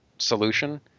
solution